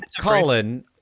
Colin